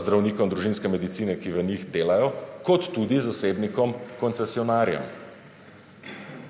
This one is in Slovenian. zdravnikom družinske medicine, ki v njej delajo, kot tudi zasebnikom koncesionarjem.